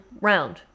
round